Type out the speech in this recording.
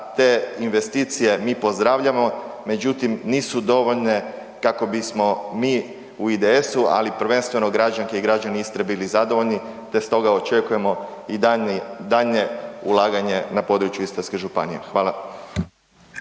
te investicije mi pozdravljamo, međutim nisu dovoljne kako bismo mi u IDS-u, ali prvenstveno građanke i građani Istre bili zadovoljni, te stoga očekujemo i daljnji, daljnje ulaganje na područje Istarske županije. Hvala.